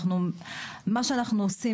מה שאנחנו עושים,